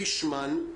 איילה פישמן,